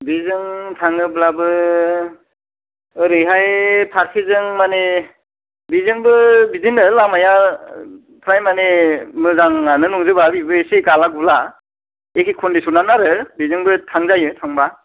बेजों थाङोब्लाबो ओरैहाय फारसेजों माने बेजोंबो बिदिनो लामाया फ्राय मानि मोजांआनो नंजोबा बेबो एसे गाला गुला एखे कनडिसनानो आरो बेजोंबो थांजायो थांबा